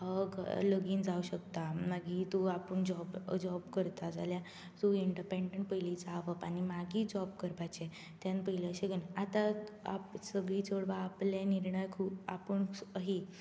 लगीन जावं शकता मागीर तूं आपूण जॉब जॉब करता जाल्या तूं इण्डपॅण्डंट पयलीं जा आव बापा आनी मागीर जॉब करपाचें तेन पयलीं अशें कन्ना आतां आप सगळीं चेडवां आपले निर्णय खूब आपूण अहीं